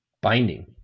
binding